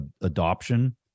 adoption